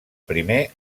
primer